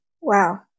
Wow